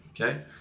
Okay